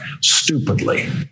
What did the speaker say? stupidly